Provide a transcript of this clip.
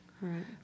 Right